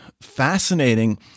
fascinating